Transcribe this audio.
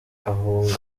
ahunga